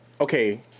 okay